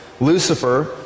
Lucifer